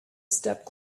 stepped